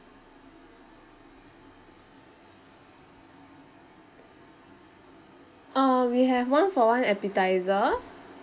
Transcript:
uh we have one for one appetizer